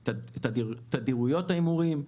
את תדירויות ההימורים,